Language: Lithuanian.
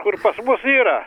kur pas mus yra